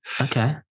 Okay